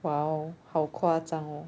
!wow! 好夸张哦